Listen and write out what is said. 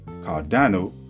Cardano